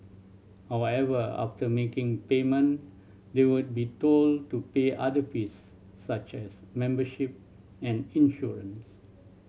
however after making payment they would be told to pay other fees such as membership and insurance